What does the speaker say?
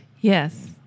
Yes